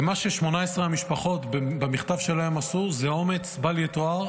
ומה ש-18 המשפחות במכתב שלהן עשו זה אומץ בל-יתואר.